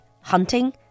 hunting